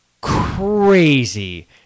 crazy